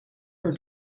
her